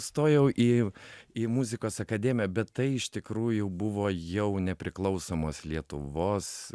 stojau į į muzikos akademiją bet tai iš tikrųjų buvo jau nepriklausomos lietuvos